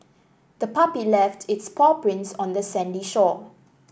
the puppy left its paw prints on the sandy shore